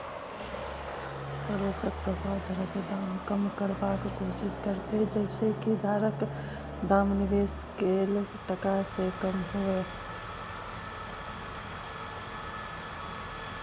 पडोसक प्रभाव घरक दाम कम करबाक कोशिश करते जइसे की घरक दाम निवेश कैल टका से कम हुए